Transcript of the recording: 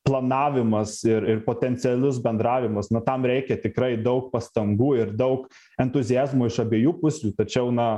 planavimas ir ir potencialus bendravimas na tam reikia tikrai daug pastangų ir daug entuziazmo iš abiejų pusių tačiau na